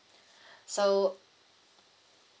so